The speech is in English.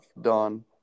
done